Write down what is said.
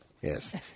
Yes